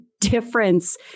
difference